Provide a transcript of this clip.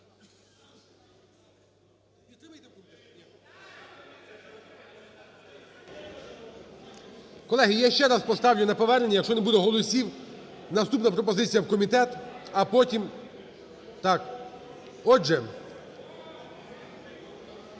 Колеги, я ще раз поставлю на повернення. Якщо не буде голосів, наступна пропозиція – в комітет, а потім… Так, отже,